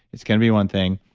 it's going to be one thing,